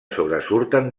sobresurten